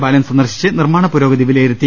ബാലൻ സന്ദർശിച്ച് നിർമ്മാണ പുരോഗതി വിലയിരു ത്തി